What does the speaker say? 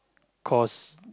cause